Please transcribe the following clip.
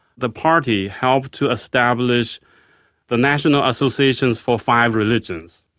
the party helped to establish the national associations for five religions,